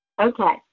Okay